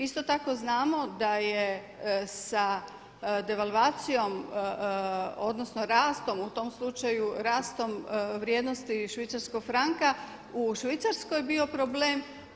Isto tako znamo da je sa devalvacijom odnosno rastom u tom slučaju, rastom vrijednosti švicarskog franka u Švicarskoj bio problem.